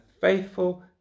faithful